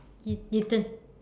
eat~ eaten